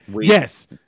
Yes